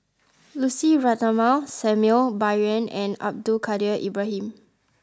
Lucy Ratnammah Samuel Bai Yan and Abdul Kadir Ibrahim